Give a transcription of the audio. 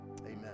Amen